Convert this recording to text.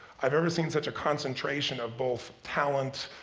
i've ever seen such a concentration of both talent,